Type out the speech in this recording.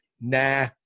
nah